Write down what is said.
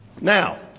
Now